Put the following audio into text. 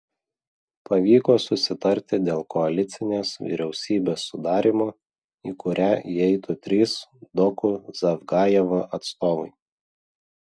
pavyko susitarti dėl koalicinės vyriausybės sudarymo į kurią įeitų trys doku zavgajevo atstovai